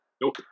nope